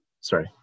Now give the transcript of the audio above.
sorry